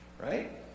right